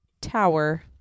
Tower